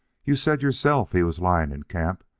you said yourself he was lying in camp,